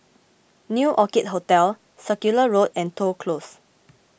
New Orchid Hotel Circular Road and Toh Close